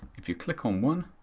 if you click on one,